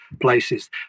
places